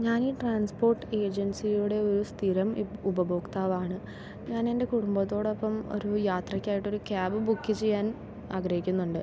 ഞാനീ ട്രാൻസ്പോർട്ട് ഏജൻസിയുടെ ഒരു സ്ഥിരം ഇപ് ഉപഭോക്താവാണ് ഞാൻ എൻ്റെ കുടുംബത്തോടൊപ്പം ഒരു യാത്രക്കായിട്ടൊരു ക്യാബ് ബുക്ക് ചെയ്യാൻ ആഗ്രഹിക്കുന്നുണ്ട്